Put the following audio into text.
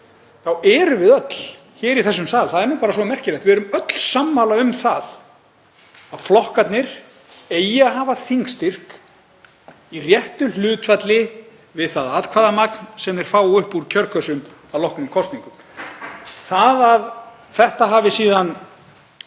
þá erum við öll hér í þessum sal — það er nú bara svo merkilegt — sammála um það að flokkarnir eigi að hafa þingstyrk í réttu hlutfalli við það atkvæðamagn sem þeir fá upp úr kjörkössum að loknum kosningum. Það að þetta hafi síðan